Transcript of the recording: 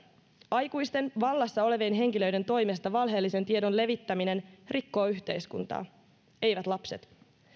aikuisten vallassa olevien henkilöiden toimesta valheellisen tiedon levittäminen rikkoo yhteiskuntaa eivät lapset